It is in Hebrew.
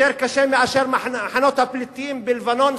יותר קשה מהמצב במחנות הפליטים בלבנון,